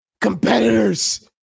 competitors